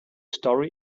story